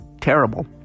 terrible